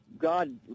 god